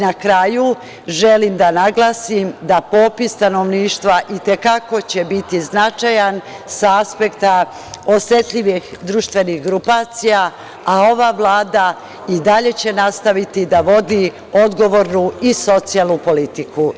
Na kraju, želim da naglasim da popis stanovništva itekako će biti značajan sa aspekta osetljivih društvenih grupacija, a ova Vlada i dalje će nastaviti da vodi odgovornu i socijalnu politiku.